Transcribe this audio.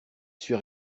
suis